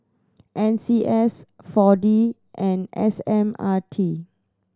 N C S Four D and S M R T